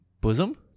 bosom